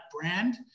brand